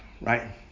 right